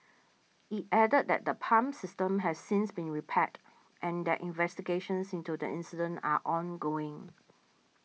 it added that the pump system has since been repaired and that investigations into the incident are ongoing